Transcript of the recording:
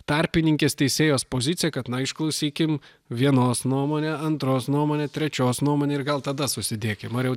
tarpininkės teisėjos pozicija kad na išklausykim vienos nuomonę antros nuomonę trečios nuomonę ir gal tada susidėkim ar jau